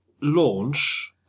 launch